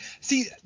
See